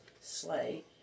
sleigh